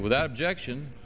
without objection